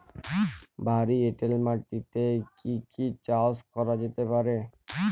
ভারী এঁটেল মাটিতে কি কি চাষ করা যেতে পারে?